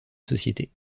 société